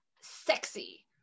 sexy